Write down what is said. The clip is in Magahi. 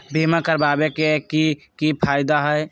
बीमा करबाबे के कि कि फायदा हई?